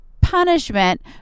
punishment